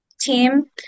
team